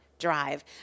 drive